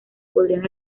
podrían